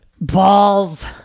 Balls